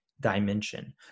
dimension